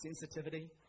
sensitivity